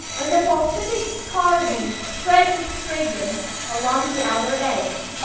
and the balsamic tarweed spreads its fragrance along the outer edge.